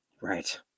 Right